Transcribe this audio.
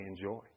enjoy